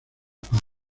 paz